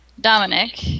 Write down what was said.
Dominic